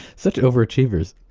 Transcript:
such overachievers.